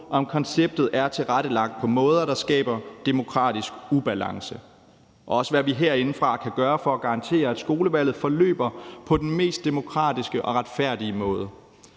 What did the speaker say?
om konceptet er tilrettelagt på måder, der skaber demokratisk ubalance, og også hvad vi herindefra kan gøre for at garantere, at skolevalget forløber på den mest demokratiske og retfærdige måde.